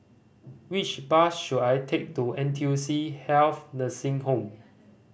which bus should I take to N T U C Health Nursing Home